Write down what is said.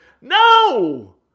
No